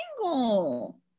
single